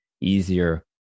easier